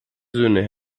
söhne